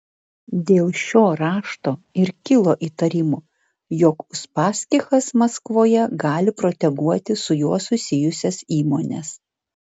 dėl šio rašto ir kilo įtarimų jog uspaskichas maskvoje gali proteguoti su juo susijusias įmones